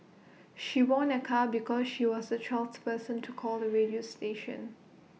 she won A car because she was the twelfth person to call the radio station